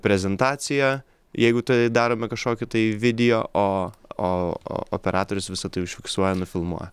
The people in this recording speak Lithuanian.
prezentaciją jeigu tai darome kažkokį tai video o o operatorius visa tai užfiksuoja nufilmuoja